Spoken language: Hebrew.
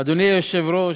אדוני היושב-ראש,